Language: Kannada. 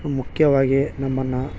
ಮುಖ್ಯವಾಗಿ ನಮ್ಮನ್ನು